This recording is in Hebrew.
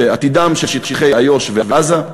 שעתידם של שטחי יו"ש ועזה,